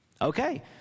Okay